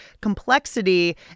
complexity